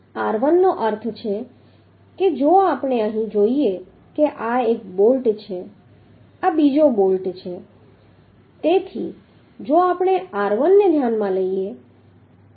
r1 નો અર્થ છે કે જો આપણે અહીં જોઈએ કે આ એક બોલ્ટ છે આ બીજો બોલ્ટ છે તેથી જો આપણે આ r1 ને ધ્યાનમાં લઈએ